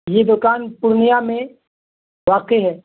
یہ دکان پورنیہ میں واقع ہے